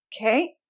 Okay